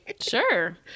Sure